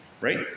right